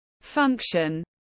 function